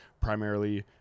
primarily